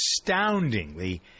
astoundingly